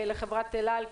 לחברת אל-על,